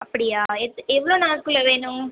அப்படியா எவ்வளோ நாள்குள்ளே வேணும்